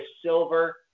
silver